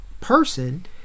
person